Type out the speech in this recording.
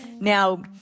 Now